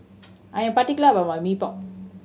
I am particular about my Mee Pok